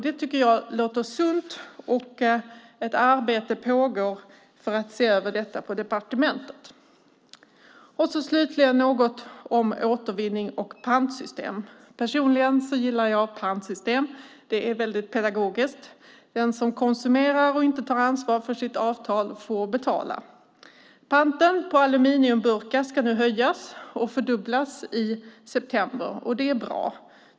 Det tycker jag låter sunt, och ett arbete pågår för att se över detta på departementet. Något om återvinning och pantsystem vill jag också ta upp. Personligen gillar jag pantsystem. Det är väldigt pedagogiskt. Den som konsumerar och inte tar ansvar för sitt avfall får betala. Panten på aluminiumburkar ska höjas och fördubblas i september. Det är bra.